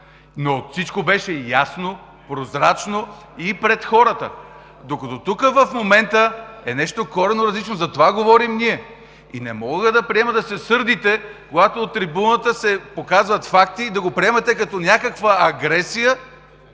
Но всичко беше ясно, прозрачно и пред хората! Докато тук в момента е нещо коренно различно – за това говорим ние. Не мога да приема да се сърдите, когато от трибуната се показват факти, да го приемате като някаква агресия